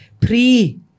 pre